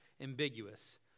ambiguous